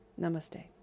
Namaste